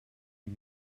you